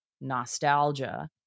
nostalgia